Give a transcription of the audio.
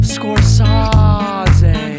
Scorsese